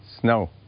snow